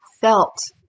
felt